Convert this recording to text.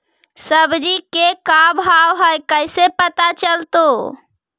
सब्जी के का भाव है कैसे पता चलतै?